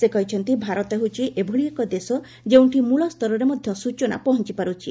ସେ କହିଛନ୍ତି ଭାରତ ହେଉଛି ଏଭଳି ଏକ ଦେଶ ଯେଉଁଠି ମୂଳସ୍ତରରେ ମଧ୍ୟ ସୂଚନା ପହଞ୍ଚପାରୁଛି